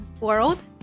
world